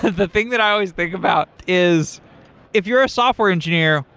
the thing that i always think about is if you are a software engineer,